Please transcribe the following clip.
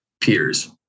peers